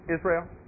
Israel